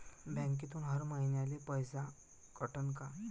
बँकेतून हर महिन्याले पैसा कटन का?